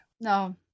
No